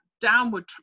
downward